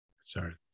Sorry